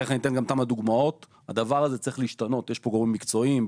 יש פה גורמים מקצועיים,